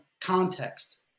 context